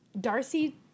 Darcy